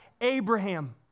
Abraham